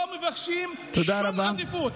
לא מבקשים שום עדיפות.